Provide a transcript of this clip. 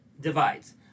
divides